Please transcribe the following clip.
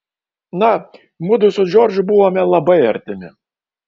na mudu su džordžu buvome labai artimi